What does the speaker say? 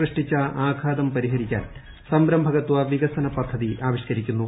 സൃഷ്ടിച്ച ആഘാതം പരിഹരിക്കാൻ സംരംഭകത്വ വികസന പദ്ധതി ആവിഷ്ക്കരിക്കുന്നു